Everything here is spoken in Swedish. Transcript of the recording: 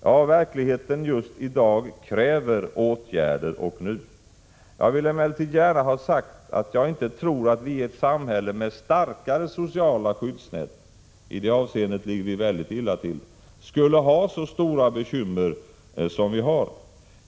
Ja, verkligheten just i dag kräver åtgärder, och det nu. Jag vill emellertid gärna ha sagt, att jag inte tror att vi i ett samhälle med starkare sociala skyddsnät — i det avseendet ligger vi väldigt illa till — skulle ha så stora bekymmer som vi för närvarande har.